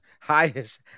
highest